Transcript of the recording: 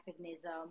mechanism